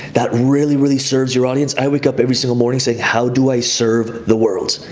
that really, really serves your audience. i wake up every single morning saying, how do i serve the world?